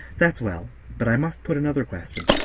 that's well but i must put another question.